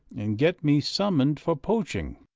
and get me summoned for poaching.